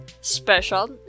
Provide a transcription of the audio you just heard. special